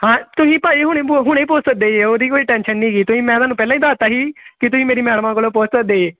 ਹਾਂ ਤੁਸੀਂ ਭਾਈ ਹੁਣੀ ਹੁਣੇ ਪੁੱਛ ਸਕਦੇ ਜੇ ਉਹਦੀ ਕੋਈ ਟੈਨਸ਼ਨ ਨਹੀਂ ਗੀ ਤੁਸੀਂ ਮੈਂ ਤੁਹਾਨੂੰ ਪਹਿਲਾਂ ਹੀ ਦੱਸ ਤਾ ਸੀ ਕਿ ਤੁਸੀਂ ਮੇਰੀ ਮੈਡਮਾਂ ਕੋਲੋਂ ਪੁੱਛ ਸਕਦੇ ਜੇ